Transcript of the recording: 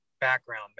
background